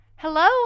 Hello